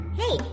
hey